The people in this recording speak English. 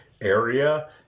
area